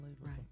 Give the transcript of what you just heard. Right